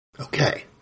Okay